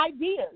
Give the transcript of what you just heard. ideas